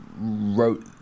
wrote